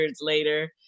later